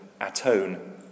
atone